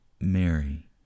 Mary